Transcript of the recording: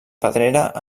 pedrera